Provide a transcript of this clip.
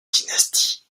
dynastie